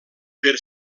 per